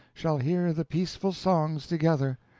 shall hear the peaceful songs together.